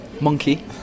Monkey